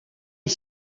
est